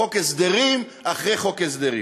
חוק הסדרים אחרי חוק הסדרים.